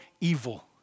evil